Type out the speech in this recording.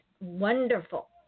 wonderful